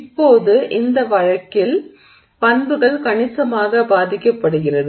இப்போது இந்த வழக்கில் பண்புகள் கணிசமாக பாதிக்கப்படுகிறது